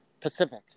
Pacific